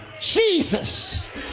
Jesus